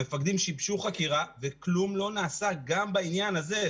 המפקדים שיבשו חקירה וכלום לא נעשה גם בעניין הזה.